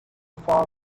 far